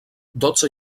dotze